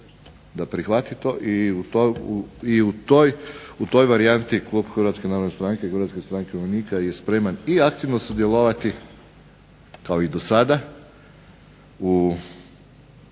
da prihvati to. I u toj varijanti klub Hrvatske narodne stranke i Hrvatske stranke umirovljenika je spreman i aktivno sudjelovati kao i do sada u